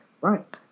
Right